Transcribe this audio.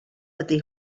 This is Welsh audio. ydy